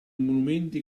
monumenti